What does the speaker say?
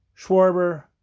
Schwarber